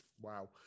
wow